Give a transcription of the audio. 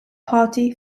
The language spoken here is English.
party